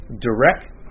direct